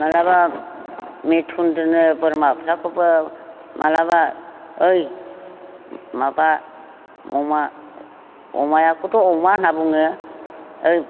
माब्लाबा मेथुन दोनो बोरमाफोरखौबो माब्लाबा ओइ माबा अमा अमाखौथ' अमा होनना बुङो ओ